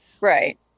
Right